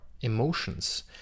emotions